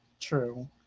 True